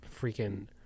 freaking